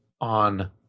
on